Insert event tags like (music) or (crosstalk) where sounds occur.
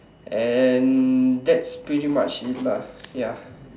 and that's pretty much it lah (breath) ya